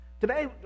today